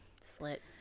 Slit